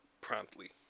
promptly